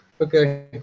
okay